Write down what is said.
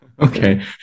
Okay